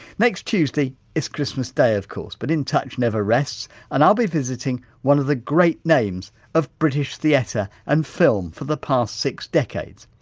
next tuesday is christmas day of course but in touch never rests and i'll be visiting one of the great names of british theatre and film for the past six decades.